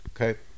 Okay